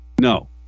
No